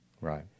Right